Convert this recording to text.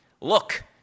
Look